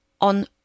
on